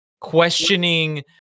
questioning